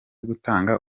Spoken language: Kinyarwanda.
gutanga